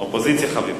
אופוזיציה חביבה.